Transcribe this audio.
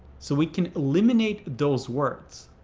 so we can eliminate those words.